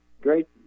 great